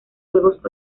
juegos